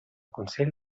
consell